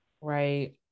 right